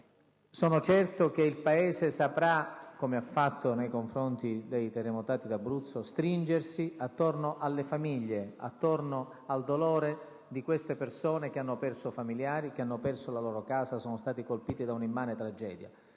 Sono certo che il Paese, come ha fatto nei confronti dei terremotati d'Abruzzo, saprà stringersi attorno alle famiglie e al dolore di queste persone che hanno perso familiari e la loro casa e che sono state colpite da un'immane tragedia.